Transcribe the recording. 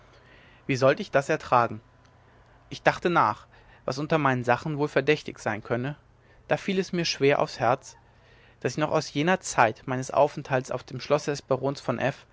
wie sollt ich das ertragen ich dachte nach was unter meinen sachen wohl verdächtig sein könne da fiel es mir schwer aufs herz daß ich noch aus jener zeit meines aufenthaltes auf dem schlosse des barons von f